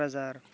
Kokrajhar